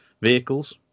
vehicles